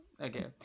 okay